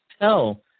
tell